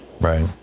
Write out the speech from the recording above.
Right